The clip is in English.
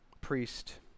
priest